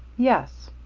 yes.